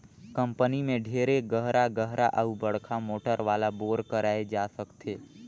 company में ढेरे गहरा गहरा अउ बड़का मोटर वाला बोर कराए जा सकथे